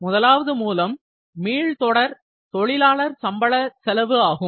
முதலாவது மூலம் மீள் தொடர் தொழிலாளர் சம்பள செலவு ஆகும்